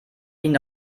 ihnen